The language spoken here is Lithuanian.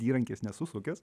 įrankės nesu sukęs